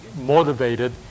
motivated